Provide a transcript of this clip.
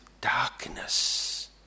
darkness